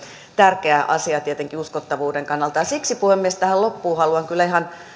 tärkeä asia tietenkin uskottavuuden kannalta siksi puhemies tähän loppuun haluan